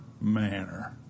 manner